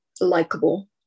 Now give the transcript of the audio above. likable